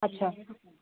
अच्छा